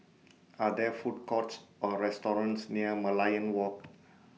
Are There Food Courts Or restaurants near Merlion Walk